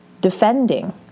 defending